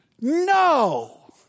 no